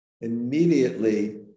Immediately